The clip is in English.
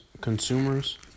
Consumers